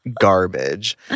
garbage